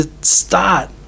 start